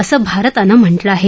असं भारतानं म्हटलं आहे